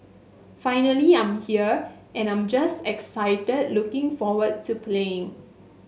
finally I'm here and I'm just excited looking forward to playing